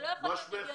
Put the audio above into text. אני לא יכולה לדעת.